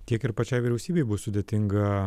tiek ir pačiai vyriausybei bus sudėtinga